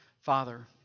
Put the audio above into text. Father